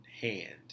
hand